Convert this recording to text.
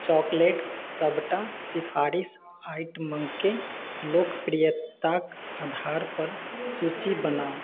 chocolate सबटा सिफारिश आइटमकेँ लोकप्रियताक आधार पर सूची बनाउ